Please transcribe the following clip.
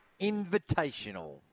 Invitational